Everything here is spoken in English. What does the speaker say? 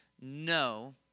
no